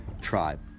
tribe